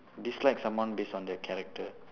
dislike someone based on their character